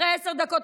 אחרי עשר דקות,